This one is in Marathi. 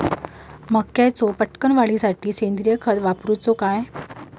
मक्याचो पटकन वाढीसाठी सेंद्रिय खत वापरूचो काय?